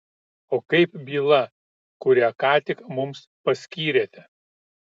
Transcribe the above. o kaip byla kurią ką tik mums paskyrėte